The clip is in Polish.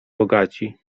bogaci